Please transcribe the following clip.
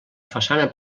façana